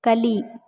ಕಲಿ